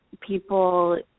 people